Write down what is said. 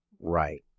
Right